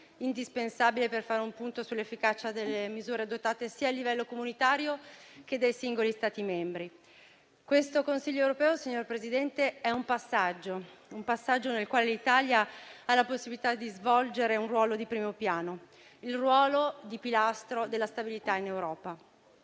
indispensabile per fare un punto sull'efficacia delle misure adottate sia a livello comunitario sia dai singoli Stati membri. Questo Consiglio europeo, signor Presidente del Consiglio, è un passaggio nel quale l'Italia ha la possibilità di svolgere un ruolo di primo piano, come pilastro della stabilità in Europa.